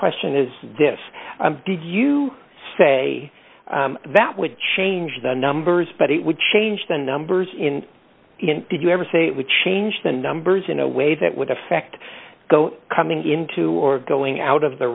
question is this did you say that would change the numbers but it would change the numbers in you did you ever say it would change the numbers in a way that would affect coming into or going out of the